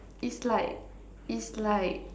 it's like it's like